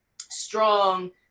strong